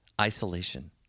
isolation